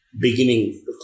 beginning